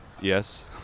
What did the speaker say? Yes